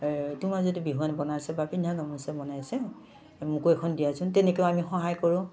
তোমাৰ যদি বিহুৱান বনাইছে বা পিন্ধা গামোচা বনাইছে মোকো এখন দিয়াচোন তেনেকেও আমি সহায় কৰোঁ